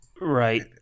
Right